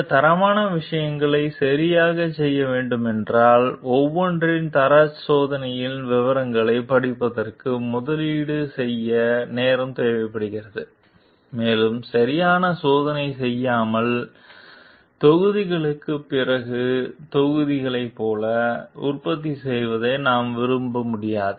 இந்த தரமான விஷயங்களை சரியாகச் செய்ய வேண்டும் என்றால் ஒவ்வொன்றின் தரச் சோதனைகளின் விவரங்களைப் படிப்பதற்கு முதலீடு செய்ய நேரம் தேவைப்படுகிறது மேலும் சரியான சோதனை செய்யாமல் தொகுதிகளுக்குப் பிறகு தொகுதிகளைப் போல உற்பத்தி செய்வதை நாம் விரும்ப முடியாது